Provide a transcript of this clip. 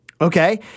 Okay